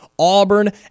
Auburn